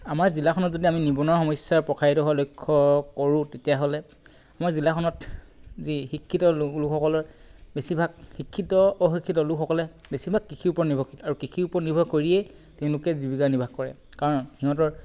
আমাৰ জিলাখনত যদি আমি নিবনুৱা সমস্যা প্ৰসাৰিত হোৱা লক্ষ্য কৰোঁ তেতিয়াহ'লে আমাৰ জিলাখনত যি শিক্ষিত লোক লোকসকলৰ বেছিভাগ শিক্ষিত অশিক্ষিত লোকসকলে বেছিভাগ কৃষিৰ ওপৰত নিৰ্ভৰশীল আৰু কৃষিৰ ওপৰত নিৰ্ভৰ কৰিয়েই তেওঁলোকে জীৱিকা নিৰ্বাহ কৰে কাৰণ সিহঁতৰ